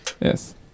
Yes